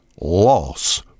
Loss